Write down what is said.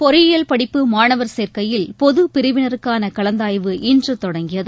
பொறியியல் படிப்பு மாணவர் சேர்க்கையில் பொதுபிரிவினருக்கானகலந்தாய்வு இன்றுதொடங்கியது